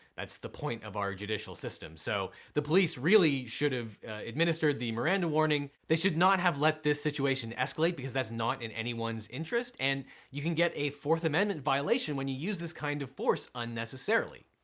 that's the point of our judicial system. so the police really should have administered the miranda warning. they should not have let this situation escalate because that's not in anyone's interest and you can get a fourth amendment violation when you use this kind of force unnecessarily.